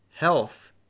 health